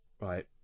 right